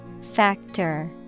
Factor